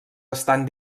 estan